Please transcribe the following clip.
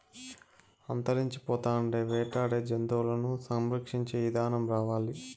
అంతరించిపోతాండే వేటాడే జంతువులను సంరక్షించే ఇదానం రావాలి